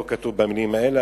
זה לא כתוב במלים האלה,